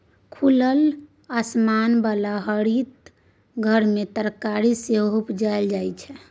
खुलल आसमान बला हरित घर मे तरकारी सेहो उपजाएल जाइ छै